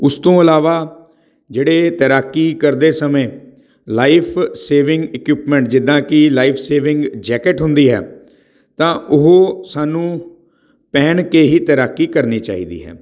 ਉਸ ਤੋਂ ਇਲਾਵਾ ਜਿਹੜੇ ਤੈਰਾਕੀ ਕਰਦੇ ਸਮੇਂ ਲਾਈਫ ਸੇਵਿੰਗ ਇਕਉਪਮੈਂਟ ਜਿੱਦਾਂ ਕਿ ਲਾਈਫ ਸੇਵਿੰਗ ਜੈਕਟ ਹੁੰਦੀ ਹੈ ਤਾਂ ਉਹ ਸਾਨੂੰ ਪਹਿਣ ਕੇ ਹੀ ਤੈਰਾਕੀ ਕਰਨੀ ਚਾਹੀਦੀ ਹੈ